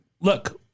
look